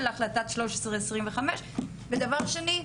ולהחלטה 1325. דבר שני,